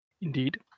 Indeed